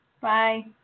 Bye